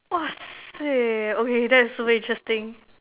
!wahseh! okay that is super interesting